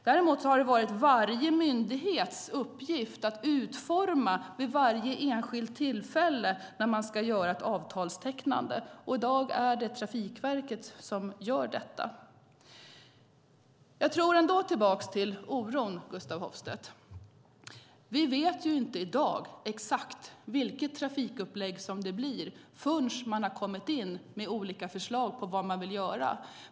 Däremot har det varit varje myndighets uppgift att vid varje enskilt tillfälle utforma detta vid tecknande av ett avtal. I dag är det Trafikverket som gör detta. När det gäller oron vill jag säga följande till Gustaf Hoffstedt. Vi vet i dag inte exakt vilket trafikupplägg som det blir förrän man har kommit in med olika förslag på vad man vill göra.